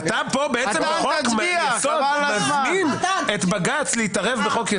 אבל אתה פה בעצם בחוק-יסוד מזמין את בג"ץ להתערב בחוק-יסוד?